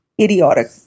idiotic